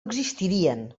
existirien